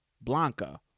Blanca